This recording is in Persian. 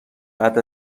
بعد